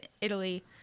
Italy